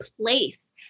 place